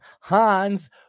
Hans